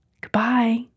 Goodbye